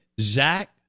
Zach